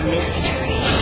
Mystery